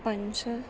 पञ्च